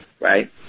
Right